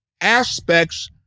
aspects